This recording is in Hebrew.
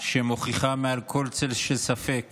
שמוכיחה מעל כל צל של ספק